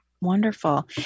Wonderful